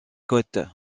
côtes